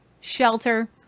shelter